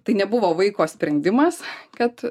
tai nebuvo vaiko sprendimas kad